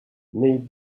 need